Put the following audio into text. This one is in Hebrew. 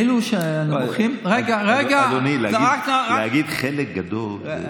אדוני, להגיד "חלק גדול"